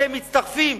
אתם מצטרפים,